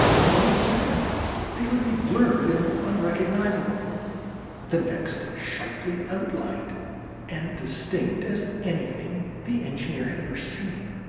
one second they would be blurred and unrecognizable the next, sharply outlined and distinct as anything the engineer had ever seen.